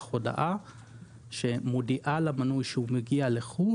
הודעה שמודיעה למנוי שהוא מגיע לחוץ